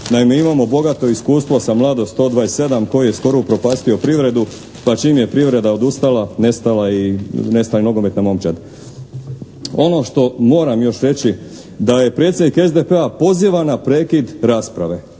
Naime imamo bogato iskustvo sa «Mladost 127» koji je skoro upropastio privredu pa čim je privreda odustala nestala je i nogometna momčad. Ono što moram još reći da predsjednik SDP-a poziva na prekid rasprave.